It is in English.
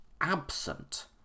absent